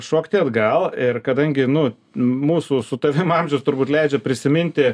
šokti atgal ir kadangi nu mūsų su tavim amžius turbūt leidžia prisiminti